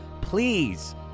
please